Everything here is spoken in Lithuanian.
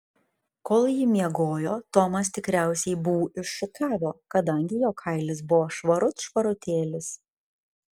kol ji miegojo tomas tikriausiai bū iššukavo kadangi jo kailis buvo švarut švarutėlis